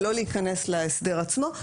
ולא להיכנס להסדר עצמו.